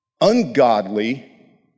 ungodly